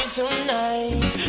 tonight